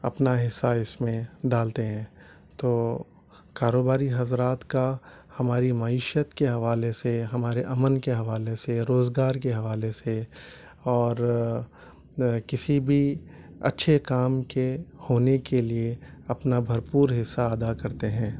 اپنا حصہ اس میں ڈالتے ہیں تو کاروباری حضرات کا ہماری معیشت کے حوالے سے ہمارے امن کے حوالے سے روزگار کے حوالے سے اور کسی بھی اچھے کام کے ہونے کے لیے اپنا بھرپور حصہ ادا کرتے ہیں